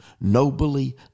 Nobly